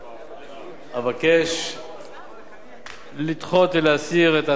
אבקש לדחות ולהסיר את הצעות החוק מסדר-היום.